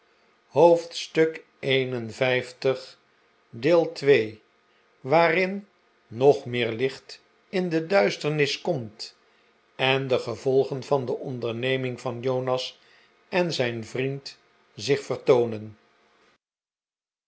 waarin nog meer licht in de duisternis komt en de gevolgen van de onderneming van jonas en zijn vriend zich